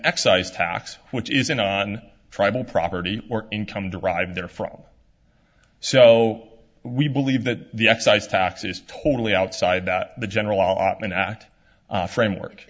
excise tax which isn't on tribal property or income derived therefrom so we believe that the excise taxes totally outside that the general outline act framework